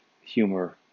humor